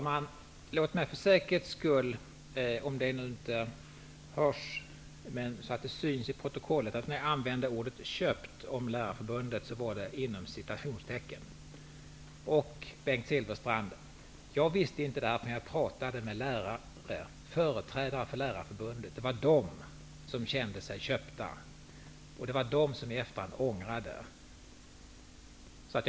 Fru talman! För säkerhets skull vill jag -- citationstecken hörs ju inte -- att det skall synas i protokollet att jag använder ordet köpt inom citationstecken när det gäller Lärarförbundet. Bengt Silfverstrand, det var företrädarna för Lärarförbundet som kände sig ''köpta'', och det var de som i efterhand ångrade sig.